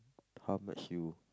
how much you